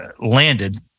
landed